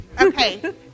Okay